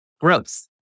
gross